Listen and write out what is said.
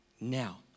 now